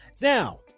now